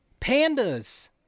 pandas